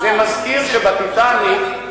שב"טיטניק",